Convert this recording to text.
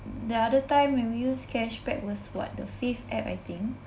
the other time when we use cashback was what the Fave app I think